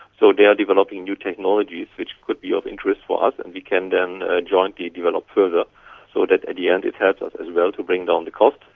so they are developing new technologies which could be of interest for us and we can then jointly develop further so that in the end it helps us as well to bring down the cost,